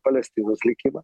palestinos likimą